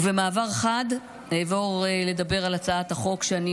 ובמעבר חד אעבור לדבר על הצעת החוק שאני